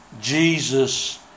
Jesus